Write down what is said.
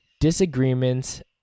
disagreements